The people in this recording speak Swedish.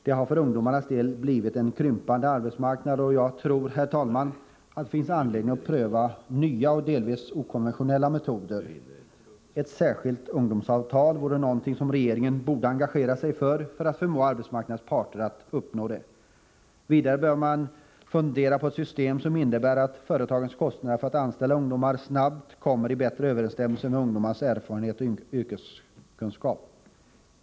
Det har för ungdomarnas del blivit en krympande arbetsmarknad. Jag tror, herr talman, att det finns anledning att pröva nya och delvis okonventionella metoder. Regeringen borde engagera sig i att förmå arbetsmarknadens parter att uppnå ett särskilt ungdomsavtal. Vidare bör man överväga ett system som innebär att företagens kostnader för att anställa ungdomar snabbt kommer i bättre överensstämmelse med ungdomars erfarenhet och yrkeskunskap.